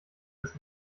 das